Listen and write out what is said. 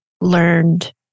learned